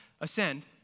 ascend